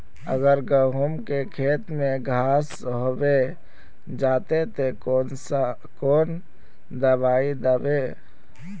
अगर गहुम के खेत में घांस होबे जयते ते कौन दबाई दबे?